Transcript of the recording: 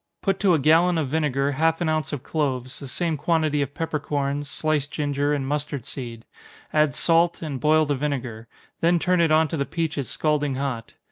put to a gallon of vinegar half an ounce of cloves, the same quantity of peppercorns, sliced ginger and mustard seed add salt, and boil the vinegar then turn it on to the peaches scalding hot.